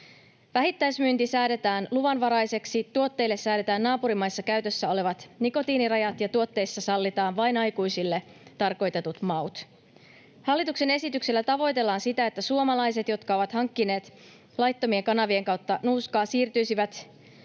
Vähittäismyynti säädetään luvanvaraiseksi, tuotteille säädetään naapurimaissa käytössä olevat nikotiinirajat ja tuotteissa sallitaan vain aikuisille tarkoitetut maut. Hallituksen esityksellä tavoitellaan sitä, että suomalaiset, jotka ovat hankkineet laittomien kanavien kautta nuuskaa, siirtyisivät